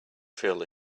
feel